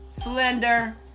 slender